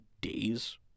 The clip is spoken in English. days